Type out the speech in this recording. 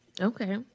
okay